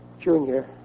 Junior